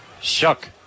Shuck